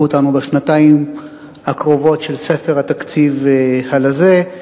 אותנו בשנתיים הקרובות של ספר התקציב הלזה.